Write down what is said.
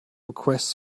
requests